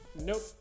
Nope